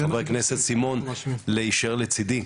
חינוכי שנקרא דרך הנגב שבעיקר סביב הסברה ואנחנו נמשיך גם בדרך